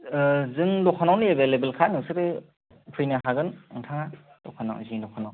जों दखानावनो एबेलेबेलखा नोंसोरो फैनो हागोन नोंथाङा दखानाव जोंनि दखानाव